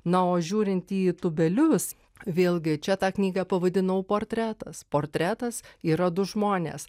na o žiūrint į tūbelius vėlgi čia tą knygą pavadinau portretas portretas yra du žmonės